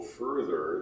further